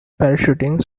parachuting